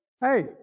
hey